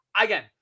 Again